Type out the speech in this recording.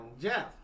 Jeff